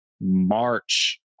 March